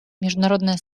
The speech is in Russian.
международное